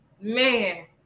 Man